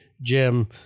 jim